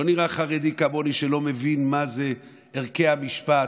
לא נראה חרדי כמוני שלא מבין מה זה ערכי המשפט,